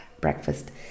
breakfast